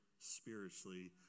spiritually